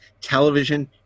television